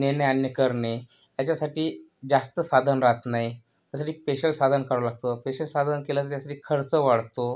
नेणे आणणे करणे यांच्यासाठी जास्त साधन राहात नाही त्यासाठी पेशल साधन करावं लागतं पेशल साधन केलं तर त्यासाठी खर्च वाढतो